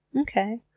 Okay